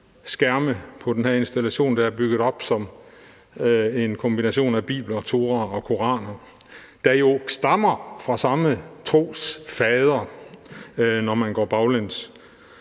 tv-skærme på den her installation, der er bygget op som en kombination af bibler, toraer og koraner, der jo stammer fra samme trosfader, når man går baglæns.